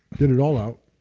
get it all out.